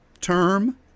term